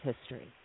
history